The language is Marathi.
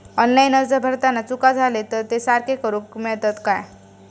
ऑनलाइन अर्ज भरताना चुका जाले तर ते सारके करुक मेळतत काय?